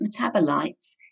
metabolites